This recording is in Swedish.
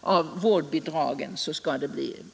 av den krets som skall ha vårdbidrag.